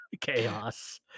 Chaos